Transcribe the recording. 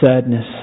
sadness